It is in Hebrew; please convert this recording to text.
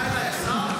הוא פנה אליי, השר.